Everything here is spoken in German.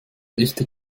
echte